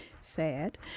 sad